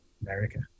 America